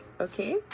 okay